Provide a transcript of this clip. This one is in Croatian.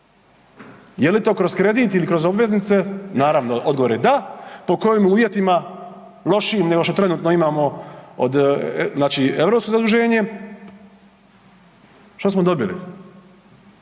Je li to kroz kredit, kroz obveznice? Naravno odgovor je da. Po kojim uvjetima? Lošijim nego što trenutno imamo znači europsko zaduženje. Što smo dobili?